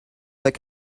that